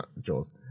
jaws